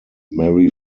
mary